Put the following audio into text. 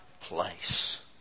place